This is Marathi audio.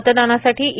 मतदानासाठी ई